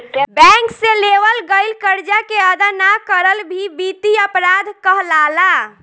bank से लेवल गईल करजा के अदा ना करल भी बित्तीय अपराध कहलाला